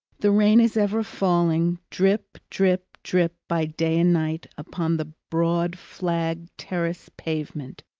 the rain is ever falling drip, drip, drip by day and night upon the broad flagged terrace-pavement,